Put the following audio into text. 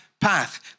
path